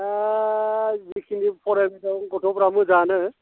दा जेखिनि फरायफैदों गथ'फ्रा मोजाङानो